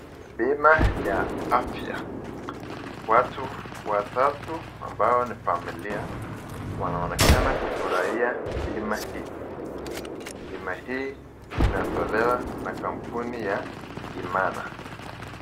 Bima ya afya, watu watatu ambao ni familia wanaonekana kufurahia bima hii. Bima hii inatolewa na kampuni ya Imana.